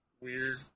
weird